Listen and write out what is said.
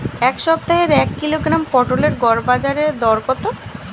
এ সপ্তাহের এক কিলোগ্রাম পটলের গড় বাজারে দর কত?